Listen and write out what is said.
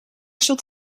stond